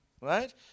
right